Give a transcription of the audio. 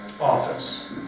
office